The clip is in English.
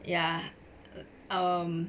ya um